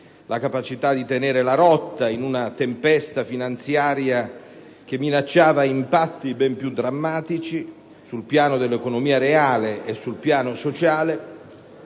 la capacità di tenere la rotta in una tempesta finanziaria che minacciava impatti ben più drammatici sul piano dell'economia reale e sul piano sociale,